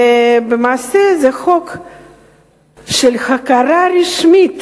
ולמעשה זה חוק של הכרה רשמית